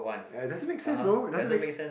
ya it doesn't make sense you know it doesn't makes